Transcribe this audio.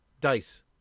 dice